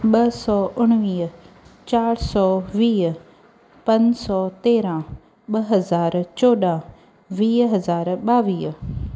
ॿ सौ उणिवीह चारि सौ वीह पंज सौ तेरहं ॿ हज़ार चोॾहं वीह हज़ार ॿावीह